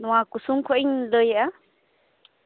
ᱱᱚᱣᱟ ᱠᱩᱥᱩᱢ ᱠᱷᱚᱡ ᱤᱧ ᱞᱟᱹᱭᱮᱜᱼᱟ